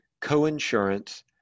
coinsurance